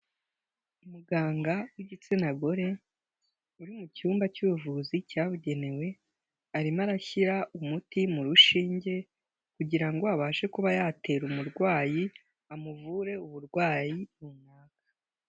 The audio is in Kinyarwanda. Umuganga w'igitsina gore uri mu cyumba cy'ubuvuzi cyabugenewe, arimo arashyira umuti mu rushinge kugira ngo abashe kuba yatera umurwayi amuvure uburwayi runaka.